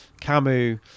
Camus